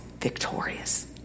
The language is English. victorious